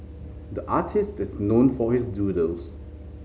the artist is known for his doodles